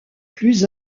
plus